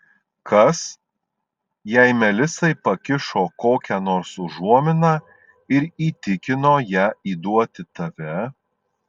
kas jei melisai pakišo kokią nors užuominą ir įtikino ją įduoti tave